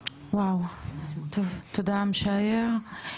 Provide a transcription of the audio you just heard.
וואו, טוב, תודה משאייר.